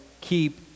keep